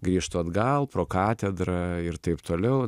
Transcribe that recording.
grįžtu atgal pro katedrą ir taip toliau